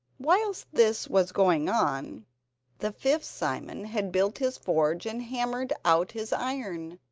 whilst this was going on the fifth simon had built his forge and hammered out his iron,